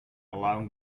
allowing